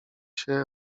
się